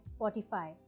Spotify